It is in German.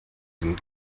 den